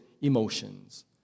emotions